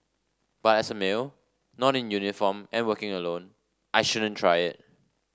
but as a male not in uniform and working alone I shouldn't try it